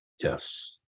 Yes